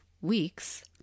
weeks